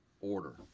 order